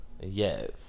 Yes